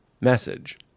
message